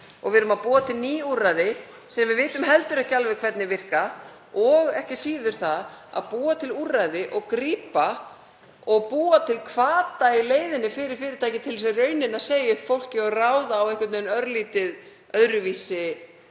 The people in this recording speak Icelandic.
Við erum að búa til ný úrræði sem við vitum heldur ekki alveg hvernig virka og ekki síður það að búa til úrræði og grípa og búa til hvata í leiðinni fyrir fyrirtæki til þess að segja upp fólki og ráða á örlítið öðruvísi